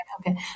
Okay